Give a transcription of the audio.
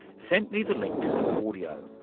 sent me the link to some audio,